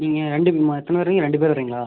நீங்கள் ரெண்டுங்க எத்தனை பேர் ரெண்டு பேர் வரீங்களா